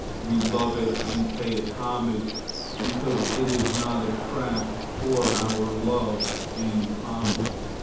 we love it and pay it homage because it is not a trap for our love and homage,